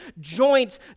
joints